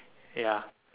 ya